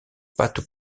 pattes